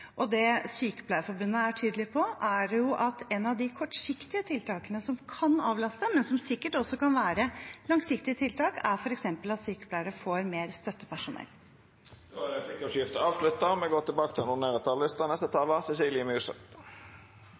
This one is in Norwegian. Det sykepleierforbundet er tydelige på, er at et av de kortsiktige tiltakene som kan avlaste, men som sikkert også kan være et langsiktig tiltak, er at sykepleiere får mer støttepersonell. Replikkordskiftet er avslutta. Jeg vil også begynne med å takke komiteen for samarbeidet i en hektisk tid. Jeg ser fram til